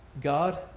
God